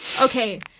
Okay